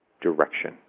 direction